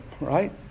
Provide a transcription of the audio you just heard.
right